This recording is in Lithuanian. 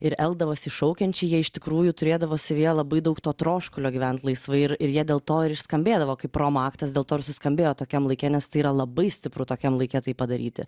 ir elgdavosi iššaukiančiai jie iš tikrųjų turėdavo savyje labai daug to troškulio gyvent laisvai ir ir jie dėl to ir skambėdavo kaip romo aktas dėl to ir suskambėjo tokiam laike nes tai yra labai stipru tokiam laike tai padaryti